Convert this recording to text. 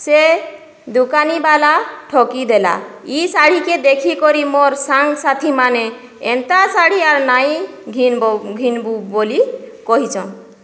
ସେ ଦୋକାନି ବାଲା ଠକି ଦେଲା ଇ ଶାଢ଼ୀକେ ଦେଖିକରି ମୋର୍ ସାଙ୍ଗ୍ ସାଥିମାନେ ଏନ୍ତା ଶାଢ଼ୀ ଆର୍ ନାଇଁ ଘିନ୍ବ ଘିନିବୁ ବୋଲି କହିଚନ୍